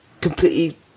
completely